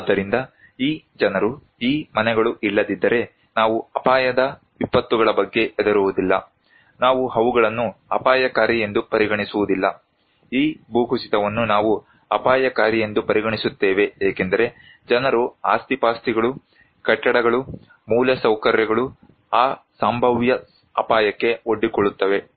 ಆದ್ದರಿಂದ ಈ ಜನರು ಈ ಮನೆಗಳು ಇಲ್ಲದಿದ್ದರೆ ನಾವು ಅಪಾಯದ ವಿಪತ್ತುಗಳ ಬಗ್ಗೆ ಹೆದರುವುದಿಲ್ಲ ನಾವು ಅವುಗಳನ್ನು ಅಪಾಯಕಾರಿ ಎಂದು ಪರಿಗಣಿಸುವುದಿಲ್ಲ ಈ ಭೂಕುಸಿತವನ್ನು ನಾವು ಅಪಾಯಕಾರಿ ಎಂದು ಪರಿಗಣಿಸುತ್ತೇವೆ ಏಕೆಂದರೆ ಜನರು ಆಸ್ತಿಪಾಸ್ತಿಗಳು ಕಟ್ಟಡಗಳು ಮೂಲಸೌಕರ್ಯಗಳು ಆ ಸಂಭಾವ್ಯ ಅಪಾಯಕ್ಕೆ ಒಡ್ಡಿಕೊಳ್ಳುತ್ತವೆ